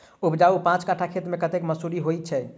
उपजाउ पांच कट्ठा खेत मे कतेक मसूरी होइ छै?